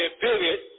period